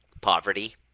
poverty